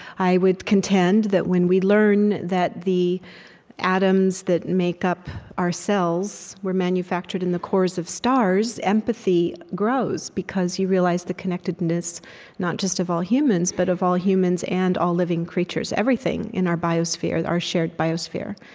i would contend that when we learn that the atoms that make up our cells were manufactured in the cores of stars, empathy grows, because you realize the connectedness not just of all humans, but of all humans and all living creatures, everything in our biosphere, our shared biosphere.